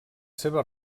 seves